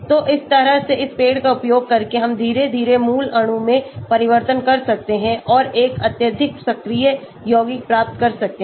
तो इस तरह से इस पेड़ का उपयोग करके हम धीरे धीरे मूल अणु में परिवर्तन कर सकते हैं और एक अत्यधिक सक्रिय यौगिक प्राप्त कर सकते हैं